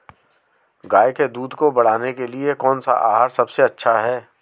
गाय के दूध को बढ़ाने के लिए कौनसा आहार सबसे अच्छा है?